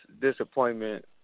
disappointment